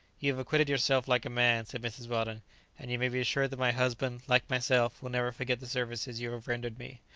you have acquitted yourself like a man, said mrs. weldon and you may be assured that my husband, like myself, will never forget the services you have rendered me.